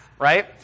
Right